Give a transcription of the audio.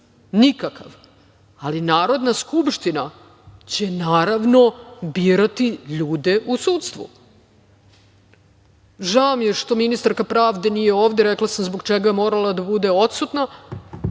nikakav, ali Narodna skupština će naravno birati ljude u sudstvu. Žao mi je što ministarka pravde nije ovde. Rekla sam zbog čega je morala da bude odsutna,